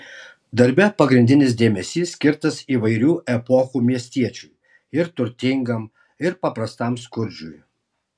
darbe pagrindinis dėmesys skirtas įvairių epochų miestiečiui ir turtingam ir paprastam skurdžiui